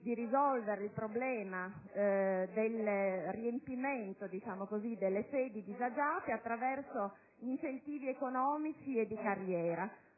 di risolvere il problema del riempimento delle sedi disagiate attraverso incentivi economici e di carriera.